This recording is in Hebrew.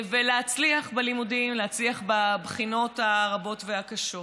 ולהצליח בלימודים, להצליח בבחינות הרבות והקשות.